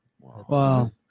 Wow